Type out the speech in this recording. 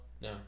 no